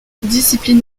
discipline